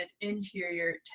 interior